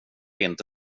inte